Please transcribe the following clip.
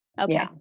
Okay